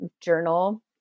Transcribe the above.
journal